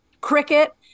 cricket